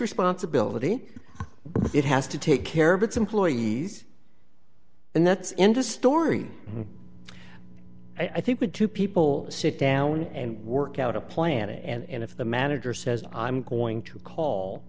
responsibility it has to take care of its employees and that's into story i think would two people sit down and work out a plan and if the manager says i'm going to call